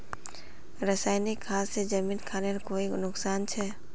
रासायनिक खाद से जमीन खानेर कोई नुकसान छे?